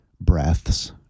breaths